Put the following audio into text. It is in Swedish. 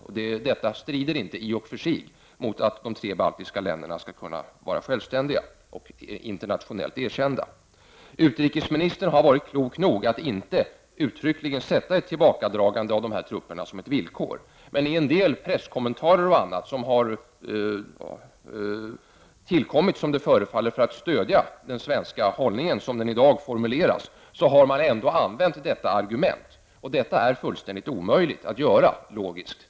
Och detta strider i och för sig inte mot att de tre baltiska länderna skall kunna vara självständiga och internationellt erkända. Utrikesministern har varit klok nog att inte uttryckligen sätta ett tillbakadragande av dessa trupper som ett villkor. Men i en del presskommentarer och annat som har tillkommit, som det förefaller för att stödja den svenska hållningen som den i dag formuleras, har detta argument använts. Och detta är logiskt fullständigt omöjligt att göra.